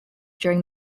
during